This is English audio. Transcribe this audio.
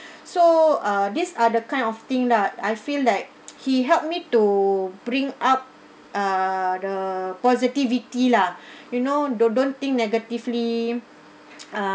so uh these are the kind of thing that I feel like he helped me to bring up uh the positivity lah you know don't don't think negatively uh